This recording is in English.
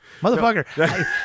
Motherfucker